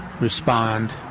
respond